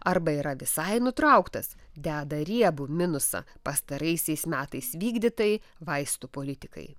arba yra visai nutrauktas deda riebų minusą pastaraisiais metais vykdytai vaistų politikai